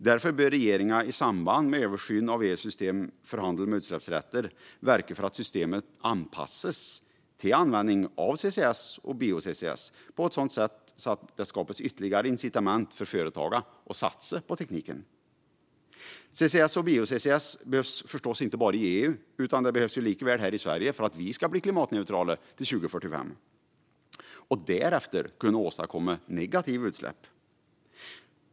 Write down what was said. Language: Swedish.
Därför bör regeringen i samband med översynen av EU:s system för handel med utsläppsrätter verka för att systemet anpassas till användningen av CCS och bio-CCS på ett sådant sätt att det skapas ytterligare incitament för företagen att satsa på tekniken. CCS och bio-CCS behövs förstås inte bara i EU utan också här i Sverige för att Sverige ska bli klimatneutralt till 2045 och därefter kunna åstadkomma negativa utsläpp.